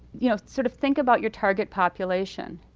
you know, sort of think about your target population,